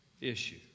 issue